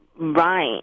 Right